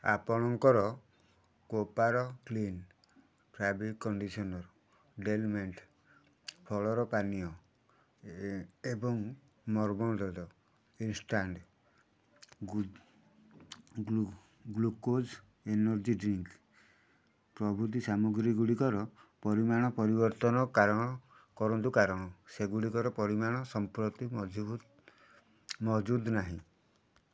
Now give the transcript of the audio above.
ଆପଣଙ୍କର କୋପାରୋ clean fabric conditioner Del Monte ଫଳର ପାନୀୟ ଏବଂ ଇନ୍ଷ୍ଟାଣ୍ଟ୍ ଗ୍ଲୁକୋଜ୍ ଏନର୍ଜି ଡ୍ରିଙ୍କ୍ ପ୍ରଭୃତି ସାମଗ୍ରୀଗୁଡ଼ିକର ପରିମାଣ ପରିବର୍ତ୍ତନ କାରଣ କରନ୍ତୁ କାରଣ ସେଗୁଡ଼ିକର ପରିମାଣ ସମ୍ପ୍ରତି ମହଜୁଦ ନାହିଁ